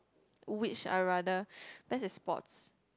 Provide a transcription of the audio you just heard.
which I rather best is sports